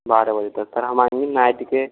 बारह बजे तक फिर हम आयेंगे नाइट के